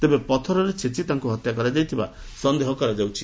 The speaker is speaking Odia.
ତେବେ ପଥରରେ ଛେଚି ତାଙ୍ଙୁ ହତ୍ୟା କରାଯାଇଥିବା ସନ୍ଦେହ କରାଯାଉଛି